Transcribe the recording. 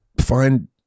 find